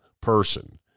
person